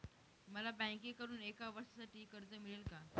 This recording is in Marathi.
मला बँकेकडून एका वर्षासाठी कर्ज मिळेल का?